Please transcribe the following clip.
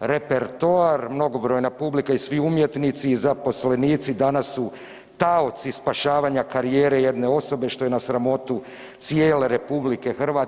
repertoar, mnogobrojna publika i svi umjetnici i zaposlenici danas su taoci spašavanja karijere jedne osobe što je na sramotu cijele RH“